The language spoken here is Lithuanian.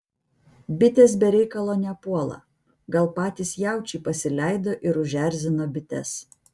bitės be reikalo nepuola gal patys jaučiai pasileido ir užerzino bites